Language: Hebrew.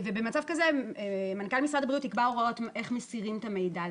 ובמצב כזה מנכ"ל משרד הבריאות יקבע הוראות איך מסירים את המידע לגביו.